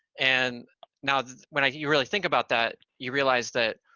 and now the when you really think about that, you realize that